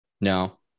No